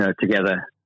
together